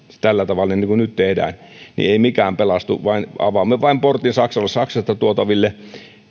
tällä tavalla kuin nyt tehdään ei mikään pelastu vaan avaamme vain portin saksasta saksasta tuotaville